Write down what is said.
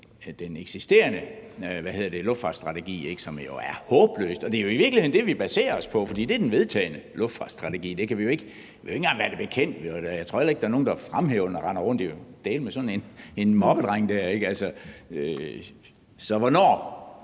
den eksisterende luftfartsstrategi, som jo er håbløs. Og det er jo i virkeligheden det, vi baserer os på, for det er den vedtagne luftfartsstrategi. Vi kan jo ikke engang være det bekendt. Jeg tror heller ikke, at der er nogen, der render rundt i dag med sådan en moppedreng og fremhæver